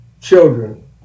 children